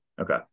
Okay